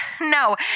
no